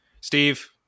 steve